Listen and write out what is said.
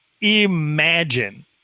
Imagine